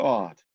God